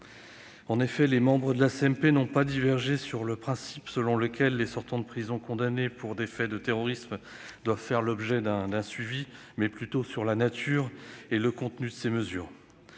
En effet, les membres de la commission mixte paritaire n'ont pas divergé sur le principe selon lequel ces sortants de prison condamnés pour des faits de terrorisme doivent faire l'objet d'un suivi, mais plutôt sur la nature et le contenu de ces mesures.